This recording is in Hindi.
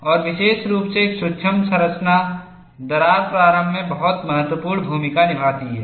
और विशेष रूप से सूक्ष्म संरचना दरार प्रारंभ में बहुत महत्वपूर्ण भूमिका निभाती है